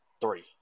three